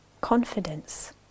confidence